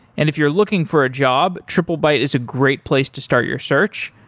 if you're looking for a job, triplebyte is a great place to start your search,